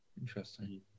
Interesting